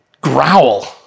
growl